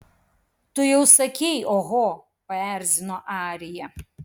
tu jau sakei oho paerzino arija